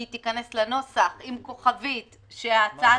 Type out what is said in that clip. היא תיכנס לנוסח עם כוכבית שההצעה